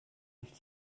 nicht